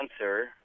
answer